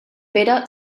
pere